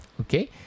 Okay